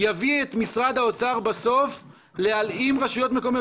יביא את משרד האוצר בסוף להלאים רשויות מקומיות.